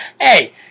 Hey